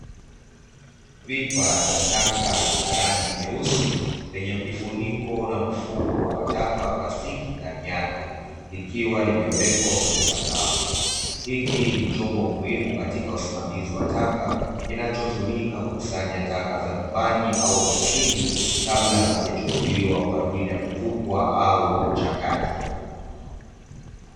Pipa la taka la rangi nyeusi zenye ukifuniko na mfuko wa taka plastiki ndani yake, likiwa limewekwa kwenye sakafu hiki ni chombo muhimu katika usimamizi wa taka kinachotumika kukusanya taka za nyumbani au ofisini, kabla hatujachukuliwa kwa ajili ya kutupwa au kuchakatwa.